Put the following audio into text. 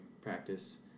practice